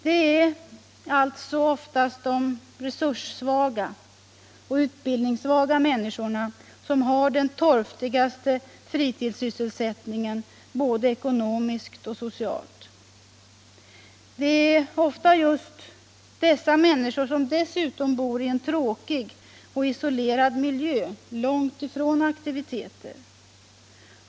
Det är alltså oftast de resurssvaga och utbildningssvaga människorna som har den torftigaste fritidssysselsättningen både ekonomiskt och socialt. Det är ofta just dessa människor som dessutom bor i en tråkig och isolerad miljö långt från aktiviteter.